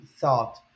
thought